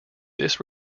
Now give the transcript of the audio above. this